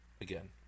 again